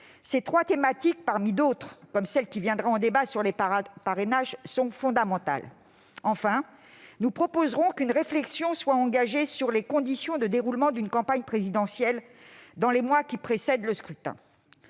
ces trois thématiques, parmi d'autres, comme celle qui viendra en débat sur les parrainages, sont fondamentales. Enfin, nous proposerons qu'une réflexion soit engagée sur les conditions de déroulement d'une campagne présidentielle dans les mois qui précèdent le scrutin.